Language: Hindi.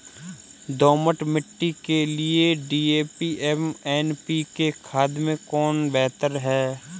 दोमट मिट्टी के लिए डी.ए.पी एवं एन.पी.के खाद में कौन बेहतर है?